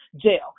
jail